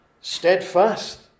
steadfast